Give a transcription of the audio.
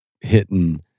hitting